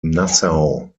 nassau